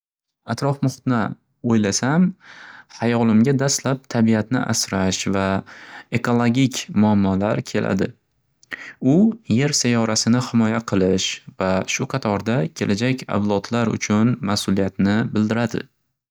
Atrof muhitni o'ylasam, hayolimga dastlab tabiatni asrash va ekologik muammolar keladi. U yer sayyorasini himoya qilish va shu qatorda kelajak avlodlar uchun massuliyatni bildiradi.